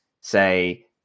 say